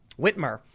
Whitmer